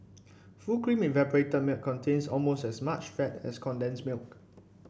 full cream evaporated milk contains almost as much fat as condensed milk